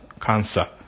cancer